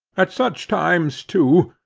at such times, too,